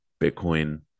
Bitcoin